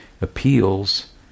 Appeals